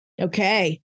Okay